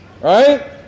Right